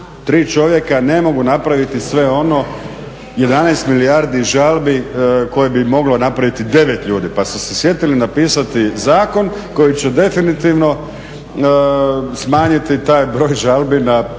3 čovjeka ne mogu napraviti sve ono, 11 milijardi žalbi koje bi moglo napraviti 9 ljudi. Pa su se sjetili napisati zakon koji će definitivno smanjiti taj broj žalbi na